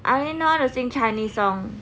I only know how to sing chinese song